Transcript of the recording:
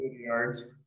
Yards